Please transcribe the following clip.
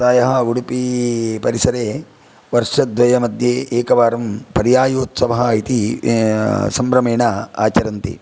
प्रायः उदुपी परिसरे वर्षद्वयमध्ये एकवारं पर्यायोत्सवः इति सम्भ्रमेण आचरन्ति